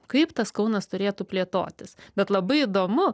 kaip tas kaunas turėtų plėtotis bet labai įdomu